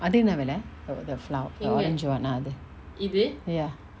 அது என்ன வெள:athu enna vela oh the flower flower odanjuvan ah அது:athu ya